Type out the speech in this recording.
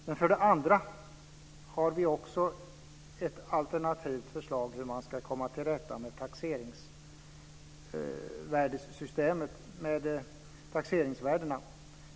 Vi har för det andra ett alternativt förslag om hur ministern ska komma till rätta med taxeringsvärdena.